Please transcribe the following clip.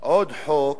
עוד חוק